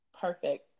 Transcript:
perfect